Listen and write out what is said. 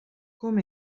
com